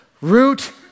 root